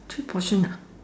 two portion ah